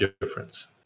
difference